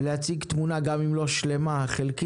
להציג תמונה, גם אם לא שלמה אלא חלקית